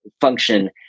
function